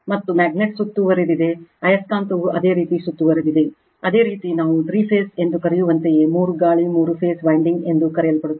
ಮತ್ತು ಮ್ಯಾಗ್ನೆಟ್ ಸುತ್ತುವರೆದಿದೆ ಆಯಸ್ಕಾಂತವು ಅದೇ ರೀತಿ ಸುತ್ತುವರೆದಿದೆ ಅದೇ ರೀತಿ ನಾವು ಮೂರು ಫೇಸ್ ಎಂದು ಕರೆಯುವಂತೆಯೇ ಮೂರು ಗಾಳಿ ಮೂರು ಫೇಸ್ ವೈಂಡಿಂಗ್ ಎಂದು ಕರೆಯಲ್ಪಡುತ್ತದೆ